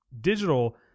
digital